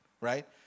right